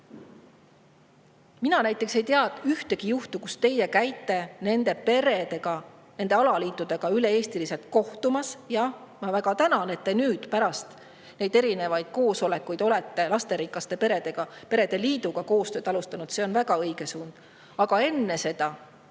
Mina näiteks ei tea ühtegi juhtu, kus teie olete käinud nende peredega, nende alaliitudega üle-eestiliselt kohtumas. Jah, ma väga tänan, et te nüüd, pärast neid erinevaid koosolekuid olete lasterikaste perede liiduga koostööd alustanud. See on väga õige suund. Aga enne seda,